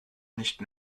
nicht